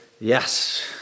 Yes